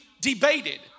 debated